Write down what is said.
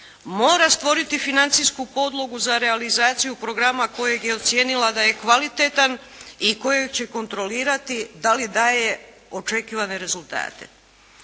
mora stvoriti financijsku podlogu za realizaciju programa kojeg je ocijenila da je kvalitetan i kojeg će kontrolirati da li daje očekivane rezultate.